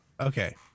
Okay